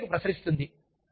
ఇది బయటకు ప్రసరిస్తుంది